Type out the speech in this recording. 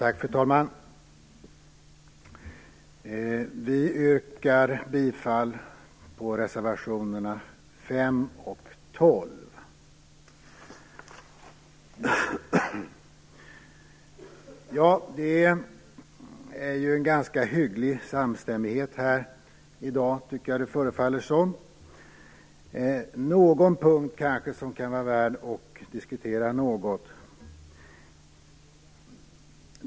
Fru talman! Vi yrkar bifall till reservationerna 5 Det förefaller vara en ganska hygglig samstämmighet här i dag. Det finns kanske någon punkt som är värd att diskutera.